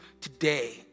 today